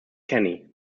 kenny